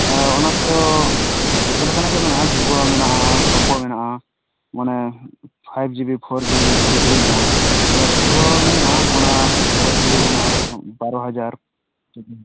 ᱚᱱᱟ ᱛᱚ ᱡᱚᱛᱚ ᱞᱮᱠᱟᱱᱟᱜ ᱜᱮ ᱦᱮᱱᱟᱜᱼᱟ ᱵᱷᱤᱵᱳ ᱢᱮᱱᱟᱜᱼᱟ ᱚᱯᱳ ᱢᱮᱱᱟᱜᱼᱟ ᱚᱱᱮ ᱯᱷᱟᱭᱤᱵᱽ ᱡᱤᱵᱤ ᱯᱷᱳᱨ ᱡᱤᱱᱤ ᱛᱷᱤᱨᱤ ᱡᱤᱵᱤ ᱢᱮᱱᱮᱜᱼᱟ ᱛᱚᱵᱮ ᱵᱷᱤᱵᱳ ᱢᱮᱱᱟᱜᱼᱟ ᱚᱱᱟ ᱯᱷᱳᱨ ᱡᱤᱵᱤ ᱯᱷᱳᱨ ᱡᱤᱵᱤ ᱢᱮᱱᱟᱜᱼᱟ ᱵᱟᱨᱳ ᱦᱟᱡᱟᱨ